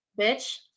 Bitch